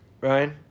Ryan